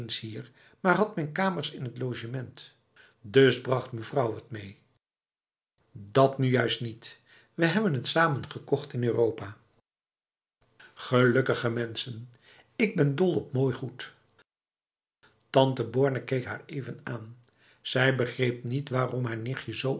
maar had mijn kamers in het logement dus bracht mevrouw het mee dat nu juist niet we hebben het samen gekocht in europa gelukkige mensen ik ben dol op mooi goed tante borne keek haar even aan zij begreep niet waarom haar nichtje